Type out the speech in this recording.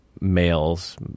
males